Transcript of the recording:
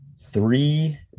three